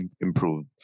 improved